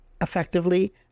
effectively